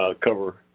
cover